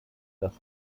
das